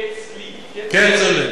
לא קץ לי, קץ לו.